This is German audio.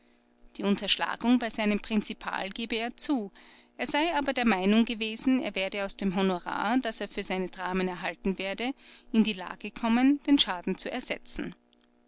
die unterschlagung bei seinem prinzipal gebe er zu er sei aber der meinung gewesen er werde aus dem honorar rar das er für seine dramen erhalten werde in die lage kommen den schaden zu ersetzen